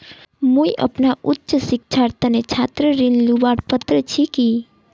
मुई अपना उच्च शिक्षार तने छात्र ऋण लुबार पत्र छि कि?